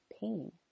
pain